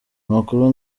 amakuru